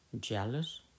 jealous